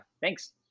Thanks